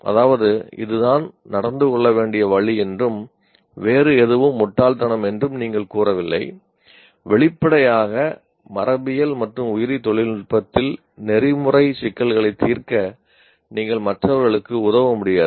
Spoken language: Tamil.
அதாவது இது தான் நடந்து கொள்ள வேண்டிய வழி என்றும் வேறு எதுவும் முட்டாள்தனம் என்றும் நீங்கள் கூறவில்லை வெளிப்படையாக மரபியல் மற்றும் உயிரி தொழில்நுட்பத்தில் நெறிமுறை சிக்கல்களைத் தீர்க்க நீங்கள் மற்றவர்களுக்கு உதவ முடியாது